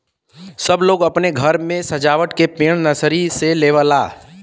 सब लोग अपने घरे मे सजावत के पेड़ नर्सरी से लेवला